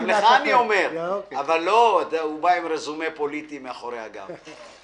עם רזומה פוליטי מאחורי הגב,